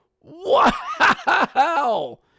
Wow